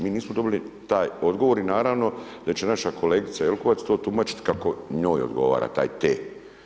Mi nismo dobili taj odgovor i naravno da će naša kolegica Jelkovac to tumačiti kako njoj odgovara taj te.